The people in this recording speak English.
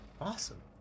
awesome